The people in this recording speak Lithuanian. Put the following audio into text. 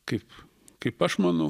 kaip kaip aš manau